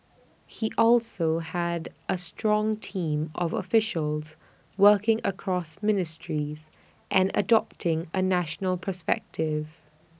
he also had A strong team of officials working across ministries and adopting A national perspective